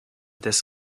des